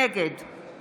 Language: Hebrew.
נגד